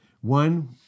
one